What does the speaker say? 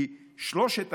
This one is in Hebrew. כי שלושת